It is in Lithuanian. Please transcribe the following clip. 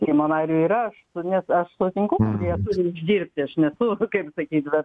seimo nariui yra aš nes aš sutinku kad jie turi uždirbti aš nesu kaip sakyt bet